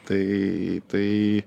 tai tai